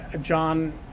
john